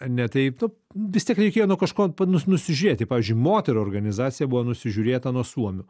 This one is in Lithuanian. ne taip vis tiek reikėjo nuo kažko pa nu nusižiūrėti pavyzdžiui moterų organizacija buvo nusižiūrėta nuo suomių